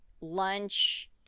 lunch